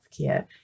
healthcare